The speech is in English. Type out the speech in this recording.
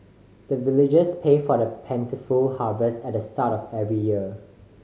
the villagers pay for plentiful harvest at the start of every year